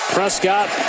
Prescott